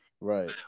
Right